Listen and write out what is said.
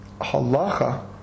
halacha